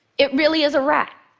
it really is a rat.